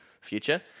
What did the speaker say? future